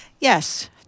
Yes